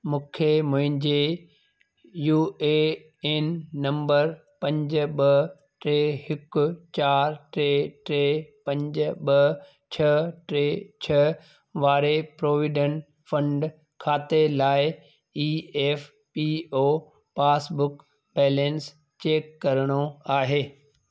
मूंखे मुंहिंजे U A N number पंज ॿ टे हिकु चारि टे टे पंज ॿ छह टे छह वारे प्रोविडेंट खाते लाइ E F P O passbook balance check करणो आहे